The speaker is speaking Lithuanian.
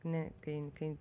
ne kai kai